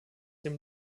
dem